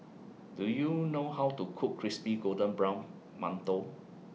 Do YOU know How to Cook Crispy Golden Brown mantou